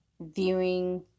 viewing